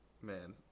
man